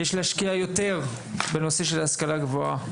יש להשקיע יותר בנושא ההשכלה הגבוהה,